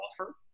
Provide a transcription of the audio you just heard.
offer